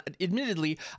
admittedly